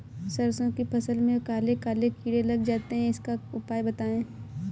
सरसो की फसल में काले काले कीड़े लग जाते इसका उपाय बताएं?